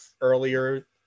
earlier